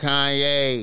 Kanye